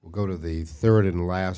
go to the third and last